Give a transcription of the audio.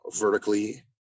vertically